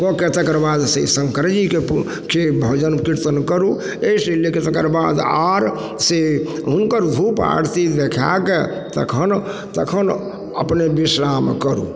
कऽके तकरबादसँ शंकर जीके से भजन कीर्तन करू अइसँ लएके तकरबाद आर से हुनकर धूप आरती देखाके तखन तखन अपने विश्राम करू